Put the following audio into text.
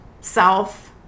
self